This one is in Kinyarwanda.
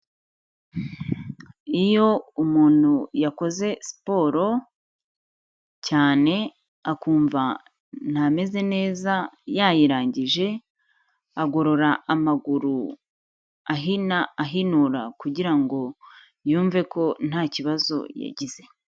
Iyo umuntu yakoze siporo cyane akumva ntameze neza yayirangije, agorora amaguru ahina ahinura kugira ngo yumve ko nta kibazo yagize.